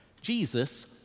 Jesus